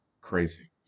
crazy